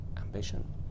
ambition